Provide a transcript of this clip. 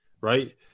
right